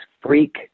freak